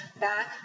back